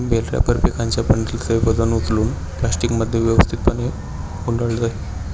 bell wrapper पिकांच्या बंडलचे वजन उचलून प्लास्टिकमध्ये व्यवस्थित गुंडाळते